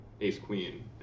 ace-queen